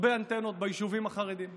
הרבה אנטנות ביישובים החרדיים.